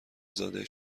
زاده